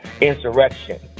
insurrection